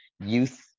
Youth